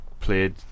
played